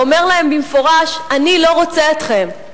אומר להם במפורש: אני לא רוצה אתכם,